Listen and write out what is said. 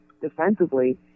defensively